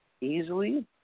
easily